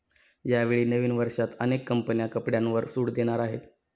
यावेळी नवीन वर्षात अनेक कंपन्या कपड्यांवर सूट देणार आहेत